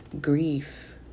grief